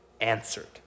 answered